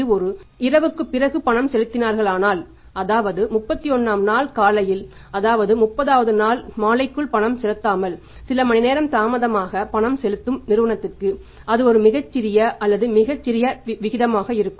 இது ஒரு இரவுக்குப் பிறகு பணம் செலுத்துகிறார்களானால் அதாவது 31 ஆம் நாள் காலையில் அதாவது 30 வது நாள் மாலைக்குள் பணம் செலுத்தாமல் சில மணிநேர தாமதமாக பணம் செலுத்தும் நிறுவனத்திற்கு அது ஒரு மிகச் சிறிய அல்லது மிகச் சிறிய விகிதமாக இருக்கும்